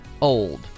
old